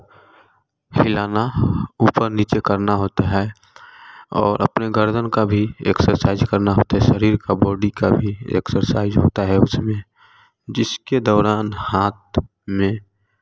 हिलाना ऊपर नीचे करना होता है और अपने गर्दन का भी एक्सरसाइज करना होते शरीर का बॉडी का भी एक्ससाइज़ होता है उसमें जिसके दौरान हाथ में